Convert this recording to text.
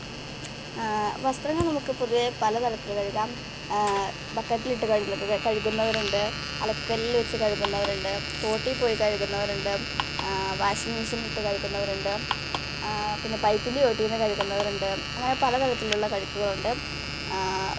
വസ്ത്രങ്ങള് നമുക്ക് പൊതുവേ പല തരത്തിൽ കഴുകാം ബക്കറ്റിലിട്ട് കഴ്ന്ന് കഴുകുന്നവരുണ്ട് അലക്ക് കല്ലിൽ വെച്ച് കഴുകുന്നവരുണ്ട് തോട്ടിൽ പോയി കഴുകുന്നവരുണ്ട് വാഷിങ് മെഷീനിലിട്ട് കഴുകുന്നവരുണ്ട് പിന്നെ പൈപ്പിന്റെ ചോട്ടിൽ നിന്ന് കഴുകുന്നവരുണ്ട് അങ്ങനെ പല തലത്തിലുള്ള കഴുകലുകളുണ്ട്